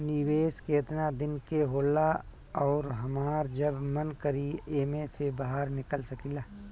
निवेस केतना दिन के होला अउर हमार जब मन करि एमे से बहार निकल सकिला?